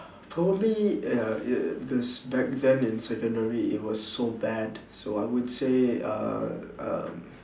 probably ya ya because back then in secondary it was so bad so I would say uh uh